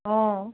অঁ